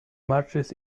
marches